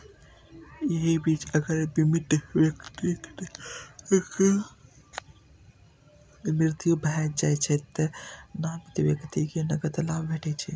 एहि बीच अगर बीमित व्यक्तिक मृत्यु भए जाइ छै, तें नामित व्यक्ति कें नकद लाभ भेटै छै